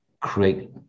create